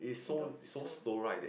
indoors shown